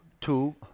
two